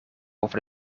over